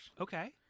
Okay